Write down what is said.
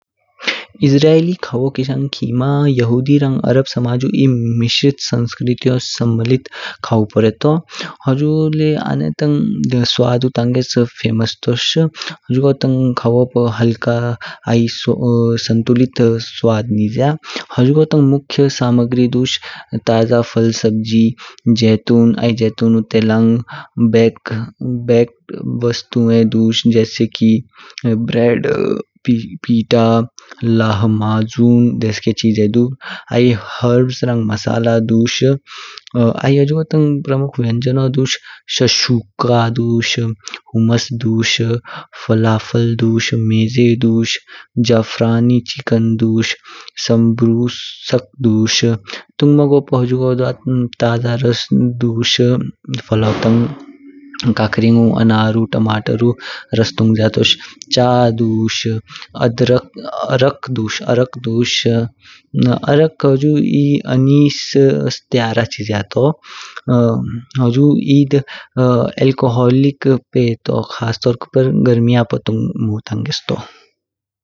इसरायली खाओ किशंग खिमा यहूदी रंग अरब समाजु ए मिश्रित संस्कृतीओ सम्मिलित खाऊ पोरेटो। हजू ले आने तंग स्वदु तंगेस फेमस तोश। हुजुगो तंग काउपो हल्का संतुलित स्वाद निँज्य। हुजुगो तंग मुख्य सामग्री दुस ताजा फल, सब्जी, जैतून, आई जैतूनु तेलांग। बेक्टेड वस्तुऐन दुस जेसे की ब्रेड, पीता, लहमजुम देशके चीजे दुस। आई हर्ब रंग मसाला दुस। आई हुजुगो तंग प्रमुख व्यंजनो दुस सहुका दुस, हम्स दुस, फलाफल दुस, मेज़ दुस, जफरानी चिकेन दुस, सब्रुष्क दुस। तुंगमगो पू हुजुगो द्वा ताज रस दुस फलो तंग काकरींगु, अनारु, टमाटरु रस तुंगज्य तोश। चा दुस, अदरक और अरक दुस। अरक दुस। अरक हुजु ए एनिस्स त्यार हचिज्य तो। हुजु एक अल्कोहलिक पिये तो खास पर तो गरमिया पो तुंगमो तंगेस्स तू।